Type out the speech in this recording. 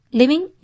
living